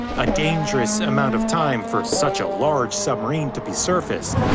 a dangerous amount of time for such a large submarine to be surfaced.